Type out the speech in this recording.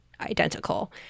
identical